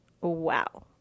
Wow